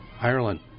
Ireland